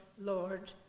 Lord